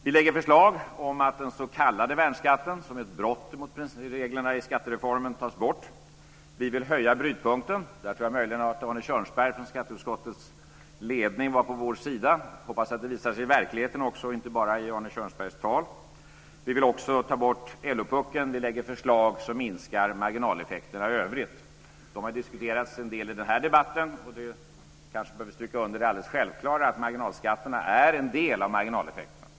Vi lägger förslag om att den s.k. värnskatten, som är ett brott mot reglerna i skattereformen, tas bort. Vi vill höja brytpunkten. Jag tror möjligen att Arne Kjörnsberg från skatteutskottets ledning är på vår sida. Jag hoppas att det visar sig i verkligheten också och inte bara i Arne Kjörnsbergs tal. Vi vill ta bort LO-puckeln. Vi lägger förslag som minskar marginaleffekterna i övrigt. De har diskuterats en del i den här debatten, och jag kanske inte behöver stryka under det självklara att marginalskatterna är en del av marginaleffekterna.